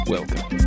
Welcome